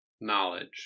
knowledge